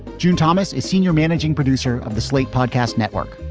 june thomas is senior managing producer of the slate podcast network.